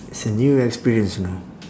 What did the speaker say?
it's a new experience you know